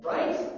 Right